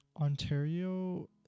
Ontario